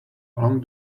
along